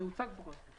זה הוצג פה קודם.